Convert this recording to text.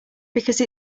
because